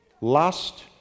Lust